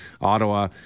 Ottawa